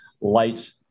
lights